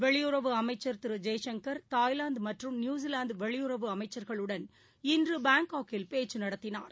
வெளியுறவு அமைச்சர் திருஜெய்சங்கர் தாய்லாந்தமற்றும் நியுசிலாந்தவெளியுறவு அமைச்சர்களுடன் இன்றுபாங்காக்கில் பேச்சுநடத்தினார்